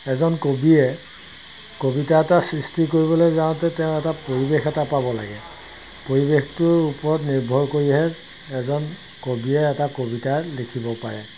এজন কবিয়ে কবিতা এটা সৃষ্টি কৰিবলৈ যাওঁতে তেওঁ এটা পৰিৱেশ এটা পাব লাগে পৰিৱেশটোৰ ওপৰত নিৰ্ভৰ কৰিহে এজন কবিয়ে এটা কবিতা লিখিব পাৰে